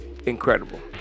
incredible